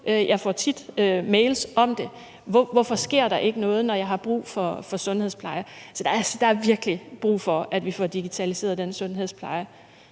Jeg får tit mails om det: Hvorfor sker der ikke noget, når jeg har brug for sundhedspleje? Så der er virkelig brug for, at vi får digitaliseret den sundhedspleje,